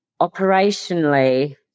operationally